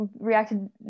reacted